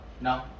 No